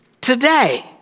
today